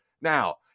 Now